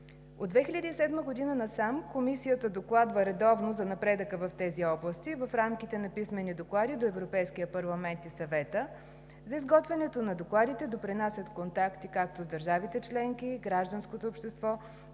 От 2007 г. насам Комисията редовно докладва за напредъка в тези области в рамките на писмени доклади до Европейския парламент и Съвета. За изготвянето на докладите допринасят контакти както с държавите членки и гражданското общество,